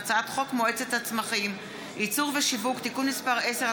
והצעת חוק מועצת הצמחים (ייצור ושיווק) (תיקון מס' 10),